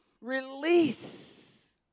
release